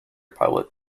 pilot